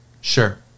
Sure